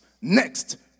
Next